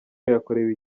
yakorewe